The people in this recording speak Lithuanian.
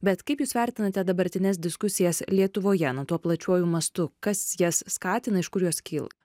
bet kaip jūs vertinate dabartines diskusijas lietuvoje na tuo plačiuoju mastu kas jas skatina iš kur jos kyla